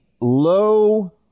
low